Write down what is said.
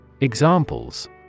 Examples